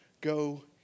Go